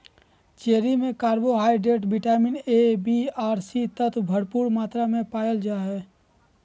cherry में carbohydrate, vitamin A, B आर C तत्व भरपूर मात्रा में पायल जा हइ